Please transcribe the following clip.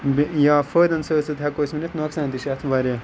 یا فٲیدَن سۭتۍ سۭتۍ ہیٚکو أسۍ ؤنِتھ نۄقصان تہِ چھِ اَتھ واریاہ